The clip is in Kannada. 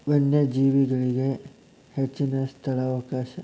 ವನ್ಯಜೇವಿಗಳಿಗೆ ಹೆಚ್ಚಿನ ಸ್ಥಳಾವಕಾಶ